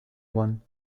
one